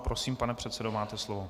Prosím, pane předsedo, máte slovo.